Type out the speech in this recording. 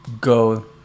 go